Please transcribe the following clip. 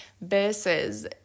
Versus